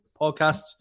podcasts